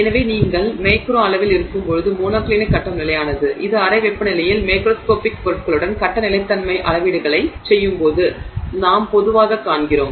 எனவே நீங்கள் மேக்ரோ அளவில் இருக்கும்போது மோனோக்ளினிக் கட்டம் நிலையானது இது அறை வெப்பநிலையில் மேக்ரோஸ்கோபிக் பொருட்களுடன் கட்ட நிலைத்தன்மை அளவீடுகளைச் செய்யும்போது நாங்கள் பொதுவாகக் காண்கிறோம்